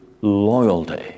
loyalty